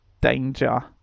danger